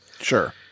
Sure